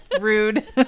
rude